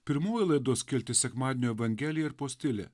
pirmoji laidos skiltis sekmadienio evangelija ir postilė